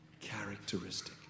characteristic